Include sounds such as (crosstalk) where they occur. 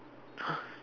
(noise)